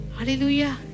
Hallelujah